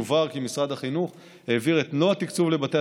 יובהר כי משרד החינוך העביר את מלוא התקציב לבתי